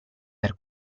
per